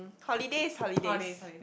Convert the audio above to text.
holidays holidays